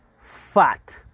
fat